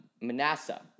Manasseh